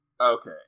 Okay